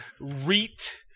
reet